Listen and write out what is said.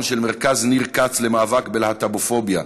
של מרכז ניר כץ למאבק בלהט"בופוביה,